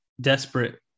desperate